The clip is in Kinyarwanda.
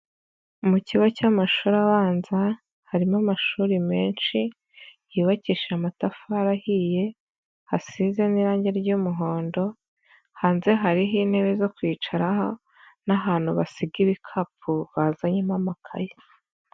Mu kigo cy'amashuri abanza harimo amashuri menshi yubakishije amatafari ahiye hasizemo irange ry'umuhondo, hanze hariho intebe zo kwicaraho n'ahantu basiga ibikapu bazanyemo amakaye.